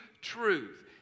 truth